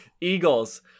Eagles